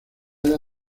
era